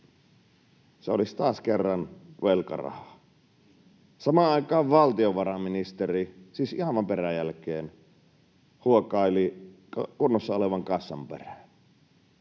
Se olisi taas kerran velkarahaa. Samaan aikaan valtiovarainministeri — siis aivan peräjälkeen — huokaili kunnossa olevan kassan perään.